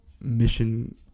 mission